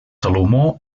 salomó